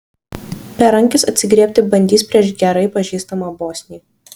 berankis atsigriebti bandys prieš gerai pažįstamą bosnį